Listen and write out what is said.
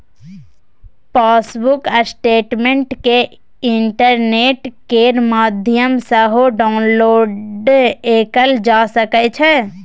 passbook statement केँ internet केर माध्यमसँ सेहो डाउनलोड कएल जा सकै छै